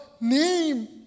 name